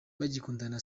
bagikundana